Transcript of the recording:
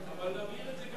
ועדת העבודה והרווחה.